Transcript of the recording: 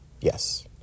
Yes